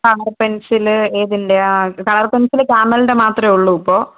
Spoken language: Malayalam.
ആ പെൻസില് ഏതിൻ്റെയാണ് കളർ പ്പെൻസില് ക്യാമൽൻ്റെ മാത്രമേ ഉള്ളു ഇപ്പോൾ